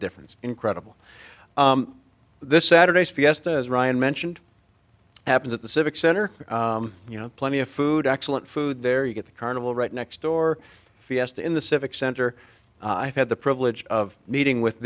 difference incredible this saturday's fiestas ryan mentioned happens at the civic center you know plenty of food excellent food there you get the carnival right next door fiesta in the civic center i've had the privilege of meeting with